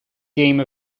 game